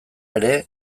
ere